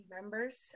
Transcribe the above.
members